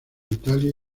italia